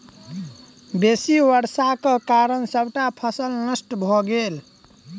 बेसी वर्षाक कारणें सबटा फसिल नष्ट भ गेल